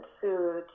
food